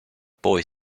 boy